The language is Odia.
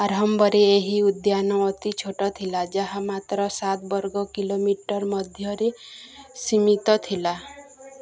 ଆରମ୍ଭରେ ଏହି ଉଦ୍ୟାନ ଅତି ଛୋଟ ଥିଲା ଯାହା ମାତ୍ର ସାତ ବର୍ଗ କିଲୋମିଟର ମଧ୍ୟରେ ସୀମିତ ଥିଲା